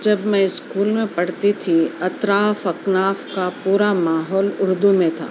جب میں اسکول میں پڑھتی تھی اطراف اکناف کا پورا ماحول اُردو میں تھا